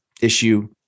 issue